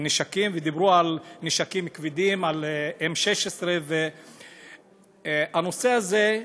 ודיברו על נשק כבד, על M16. הנושא הזה,